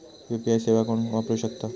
UPI सेवा कोण वापरू शकता?